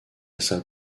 salle